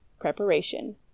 Preparation